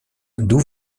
d’où